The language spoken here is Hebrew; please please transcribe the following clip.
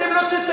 אתם לא תצייתו.